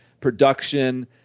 production